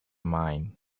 mind